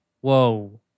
Whoa